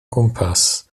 gwmpas